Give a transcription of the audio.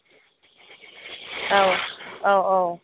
औ औ औ